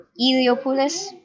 eliopoulos